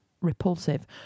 repulsive